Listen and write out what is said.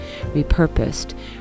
repurposed